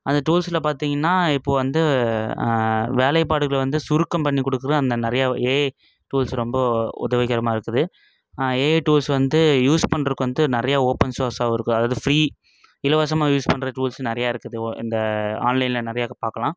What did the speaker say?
அந்த டூல்ஸில் பார்த்திங்கன்னா இப்போது வந்து வேலைப்பாடுகள் வந்து சுருக்கம் பண்ணிக்கொடுக்குற அந்த நிறையா ஏஐ டூல்ஸ் ரொம்ப உதவிக்கரமாக இருக்குது ஏஐ டூல்ஸ் வந்து யூஸ் பண்ணுறக்கு வந்து நிறையா ஓபன் சோர்ஸாகும் இருக்குது அதாவது ஃப்ரீ இலவசமாக யூஸ் பண்ணுற டூல்ஸ் நிறையா இருக்குது ஒ இந்த ஆன்லைனில் நிறையா பார்க்கலாம்